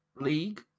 league